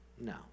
No